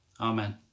Amen